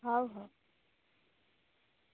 ହଉ ହଉ